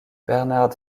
bernhard